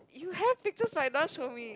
you have pictures but you don't want show me